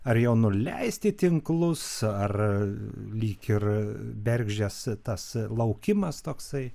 ar jau nuleisti tinklus ar lyg ir bergždžias tas laukimas toksai